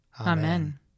Amen